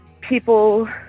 people